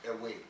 away